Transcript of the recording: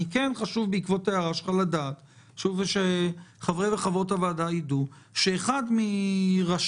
כן חשוב בעקבות ההערה שלך שחברי וחברות הוועדה יידעו שאחד מראשי